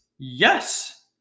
yes